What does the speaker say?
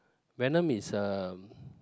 venom is a